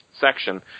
section